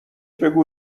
بگو